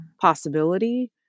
possibility